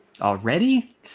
Already